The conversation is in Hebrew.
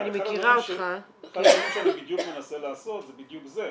בגלל שאני מכירה אותך -- אחד הדברים שאני מנסה לעשות זה בדיוק זה.